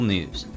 News